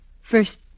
First